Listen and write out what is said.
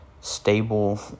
stable